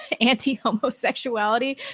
anti-homosexuality